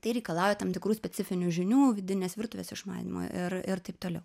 tai reikalauja tam tikrų specifinių žinių vidinės virtuvės išmanymo ir ir taip toliau